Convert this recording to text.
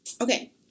Okay